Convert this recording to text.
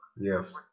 Yes